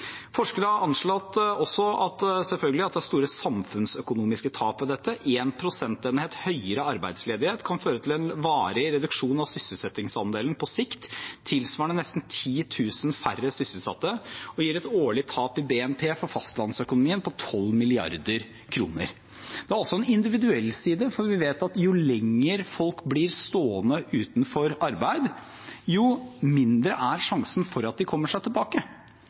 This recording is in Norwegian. Forskere har også anslått at det er store samfunnsøkonomiske tap ved dette – selvfølgelig. Én prosentenhet høyere arbeidsledighet kan føre til en varig reduksjon av sysselsettingsandelen på sikt tilsvarende nesten 10 000 færre sysselsatte og gir et årlig tap i BNP for fastlandsøkonomien på 12 mrd. kr. Det har også en individuell side, for vi vet at jo lenger folk blir stående uten arbeid, jo mindre er sjansen for at de kommer seg tilbake.